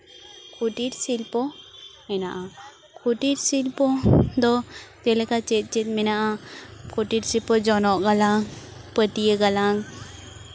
ᱠᱩᱴᱤᱨ ᱥᱤᱞᱯᱚ ᱢᱮᱱᱟᱜᱼᱟ ᱠᱩᱴᱤᱨ ᱥᱤᱞᱯᱚ ᱫᱚ ᱡᱮᱞᱮᱠᱟ ᱪᱮᱫ ᱪᱮᱫ ᱢᱮᱱᱟᱜᱼᱟ ᱠᱩᱴᱤᱨ ᱥᱤᱞᱯᱚ ᱡᱚᱱᱚᱜ ᱜᱟᱞᱟᱝ ᱯᱟᱹᱴᱭᱟᱹ ᱜᱟᱞᱟᱝ